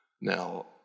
Now